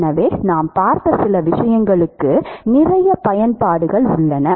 எனவே நாம் பார்த்த சில விஷயங்களுக்கு நிறைய பயன்பாடுகள் உள்ளன